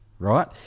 Right